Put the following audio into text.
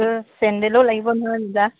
এই চেণ্ডেলো লাগিব নহয়